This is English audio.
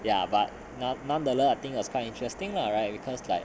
ya but nonetheless I think was quite interesting lah right because like